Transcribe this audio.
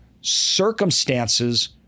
circumstances